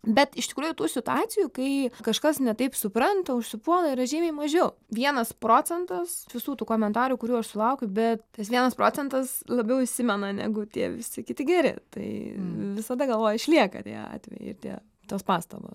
bet iš tikrųjų tų situacijų kai kažkas ne taip supranta užsipuola yra žymiai mažiau vienas procentas visų tų komentarų kurių aš sulaukiu bet tas vienas procentas labiau įsimena negu tie visi kiti geri tai visada galvoj išlieka tie atvejai tie tos pastabos